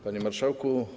Panie Marszałku!